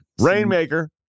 rainmaker